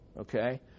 Okay